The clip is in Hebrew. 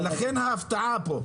ולכן ההפתעה פה.